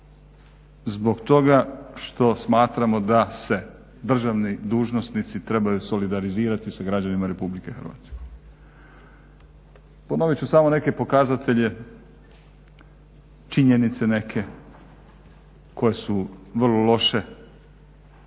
zbog toga što smatramo da se državni dužnosnici trebaju solidarizirati sa građanima RH. Ponovit ću samo neke pokazatelje, činjenice neke koje su vrlo loše,